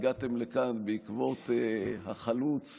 הגעתם לכאן בעקבות החלוץ.